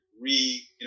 re